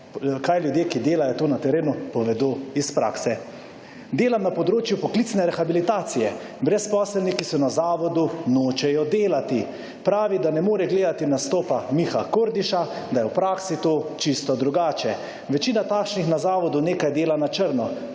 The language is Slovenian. kaj ljudje, ki delajo tu na terenu, povedo iz prakse. Dela na področju poklicne rehabilitacije. Brezposelni, ki so na zavodu, nočejo delati. Pravi, da ne more gledati nastopa Miha Kordiša, da je v praksi to čisto drugače. Večina takšnih na zavodu nekaj dela na črno.